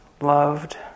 loved